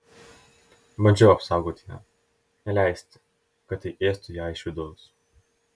bandžiau apsaugoti ją neleisti kad tai ėstų ją iš vidaus